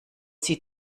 sie